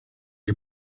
you